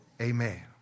Amen